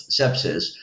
sepsis